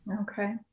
okay